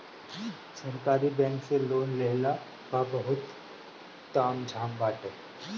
सरकारी बैंक से लोन लेहला पअ बहुते ताम झाम बाटे